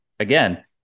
Again